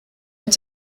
mit